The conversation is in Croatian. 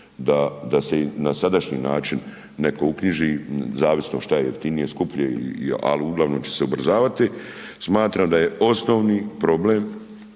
da se i na sadašnji način netko uknjiži, zavisno šta je jeftinije, skuplje ali uglavnom će se ubrzavati, smatram da je osnovi problem